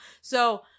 So-